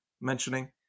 mentioning